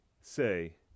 say